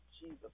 Jesus